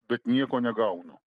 bet nieko negaunu